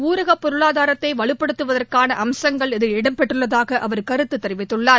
ஊரக பொருளாதாரத்தை வலுப்படுத்துவதற்கான அம்சங்கள் இதில் இடம்பெற்றுள்ளதாக அவா் கருத்து தெரிவித்துள்ளார்